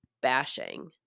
bashing